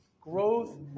growth